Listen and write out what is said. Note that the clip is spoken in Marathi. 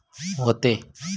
व्हते